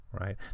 right